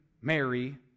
mary